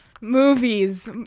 movies